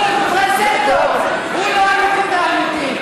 הוא פרזנטור, הוא לא הליכוד האמיתי.